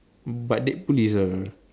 but Deadpool is a